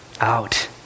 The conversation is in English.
out